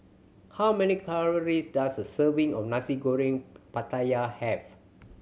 how many calories does a serving of Nasi Goreng Pattaya have